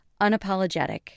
unapologetic